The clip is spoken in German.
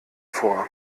vor